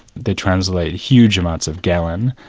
they translate huge amounts of galen,